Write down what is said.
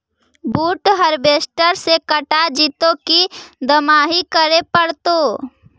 बुट हारबेसटर से कटा जितै कि दमाहि करे पडतै?